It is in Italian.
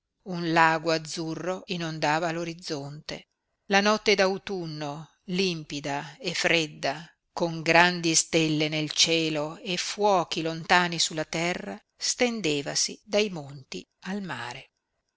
un lago azzurro inondava l'orizzonte la notte d'autunno limpida e fredda con grandi stelle nel cielo e fuochi lontani sulla terra stendevasi dai monti al mare